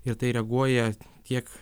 ir tai reaguoja tiek